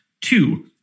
Two